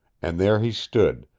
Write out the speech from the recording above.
and there he stood,